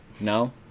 No